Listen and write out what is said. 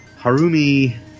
Harumi